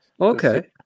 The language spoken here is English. Okay